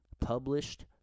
published